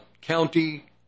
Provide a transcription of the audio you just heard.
county